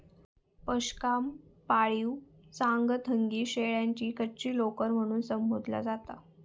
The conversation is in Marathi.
पशमाक पाळीव चांगथंगी शेळ्यांची कच्ची लोकर म्हणून संबोधला जाता